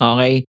Okay